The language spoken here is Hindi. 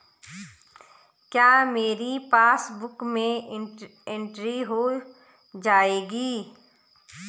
क्या मेरी पासबुक में एंट्री हो जाएगी?